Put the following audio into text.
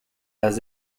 las